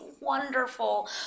wonderful